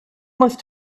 must